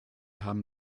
haben